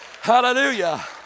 Hallelujah